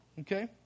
okay